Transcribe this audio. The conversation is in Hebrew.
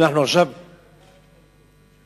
זה פסוק יפה.